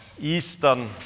Eastern